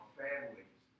families